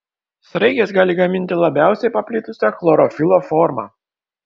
sraigės gali gaminti labiausiai paplitusią chlorofilo formą